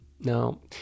no